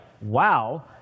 wow